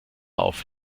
auf